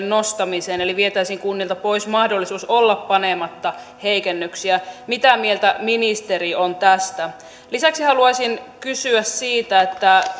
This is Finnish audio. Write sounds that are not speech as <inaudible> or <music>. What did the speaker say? <unintelligible> nostamiseen eli vietäisiin kunnilta pois mahdollisuus olla panematta heikennyksiä mitä mieltä ministeri on tästä lisäksi haluaisin kysyä siitä